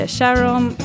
Sharon